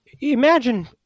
imagine